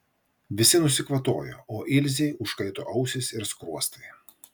visi nusikvatojo o ilzei užkaito ausys ir skruostai